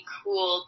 cool